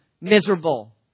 miserable